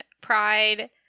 pride